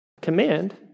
command